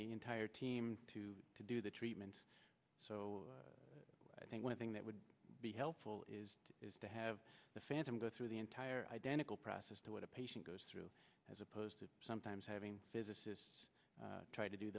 the entire team to to do the treatment so i think one thing that would be helpful is is to have the phantom go through the entire identical process to what a patient goes through as opposed to sometimes having physicists try to do